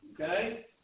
Okay